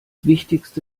wichtigste